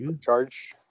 charge